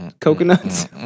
coconuts